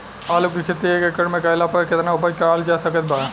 आलू के खेती एक एकड़ मे कैला पर केतना उपज कराल जा सकत बा?